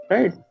Right